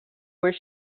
where